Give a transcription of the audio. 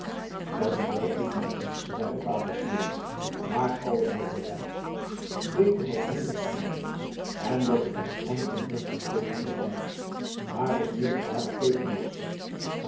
dat is wel goed mannen zeide vader syard maar alles met beleid beter wat minder spoed en dat de verschansing des te steviger zij waar is nu de